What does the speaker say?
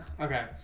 Okay